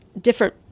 different